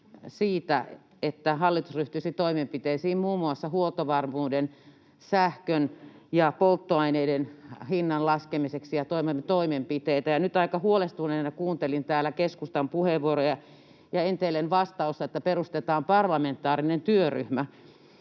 että hallitus ryhtyisi toimenpiteisiin muun muassa huoltovarmuuden, sähkön ja polttoaineiden hinnan laskemiseksi, ja toivomme toimenpiteitä. Ja nyt aika huolestuneena kuuntelin täällä keskustan puheenvuoroja ja enteilen vastausta, että perustetaan parlamentaarinen työryhmä.